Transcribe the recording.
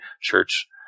church